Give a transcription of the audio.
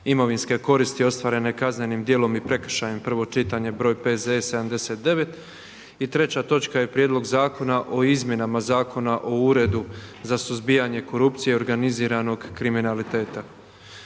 imovinske koristi ostvarene kaznenim djelom i prekršajem, prvo čitanje, P.Z. broj 79 i - Prijedlog zakona o izmjenama Zakona o Uredu za suzbijanje korupcije i organiziranog kriminaliteta,